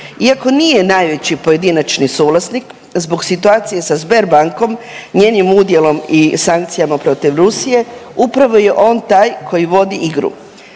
Iako nije najveći pojedinačni suvlasnik zbog situacije s Sberbankom, njenim udjelom i sankcijama protiv Rusije upravo je on taj koji vodi igru.